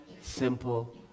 simple